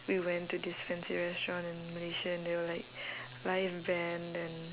we went to this fancy restaurant in malaysia and there were like live band and